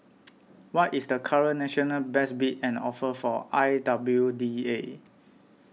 what is the current national best bid and offer for I W D A